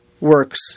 works